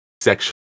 sexual